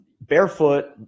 barefoot